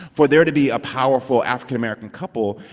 for there to be a powerful african-american couple,